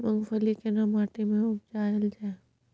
मूंगफली केना माटी में उपजायल जाय?